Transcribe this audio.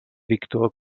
victor